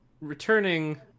returning